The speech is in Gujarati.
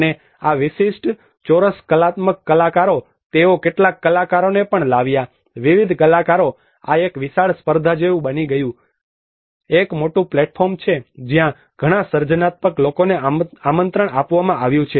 અને આ વિશિષ્ટ ચોરસ કલાત્મક કલાકારો તેઓ કેટલાક કલાકારોને પણ લાવ્યા વિવિધ કલાકારો આ એક વિશાળ સ્પર્ધા જેવું બની ગયું છે એક મોટું પ્લેટફોર્મ છે જ્યાં ઘણા સર્જનાત્મક લોકોને આમંત્રણ આપવામાં આવ્યું છે